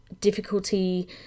difficulty